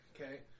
okay